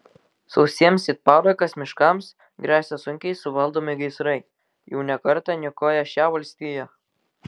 sausiems it parakas miškams gresia sunkiai suvaldomi gaisrai jau ne kartą niokoję šią valstiją